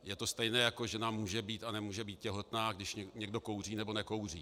Je to stejné, jako žena může být a nemůže být těhotná, když někdo kouří nebo nekouří.